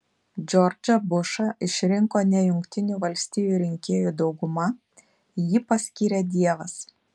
džordžą bušą išrinko ne jungtinių valstijų rinkėjų dauguma jį paskyrė dievas